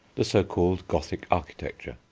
the so-called gothic architecture,